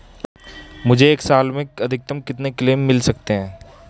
मुझे एक साल में अधिकतम कितने क्लेम मिल सकते हैं?